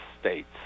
states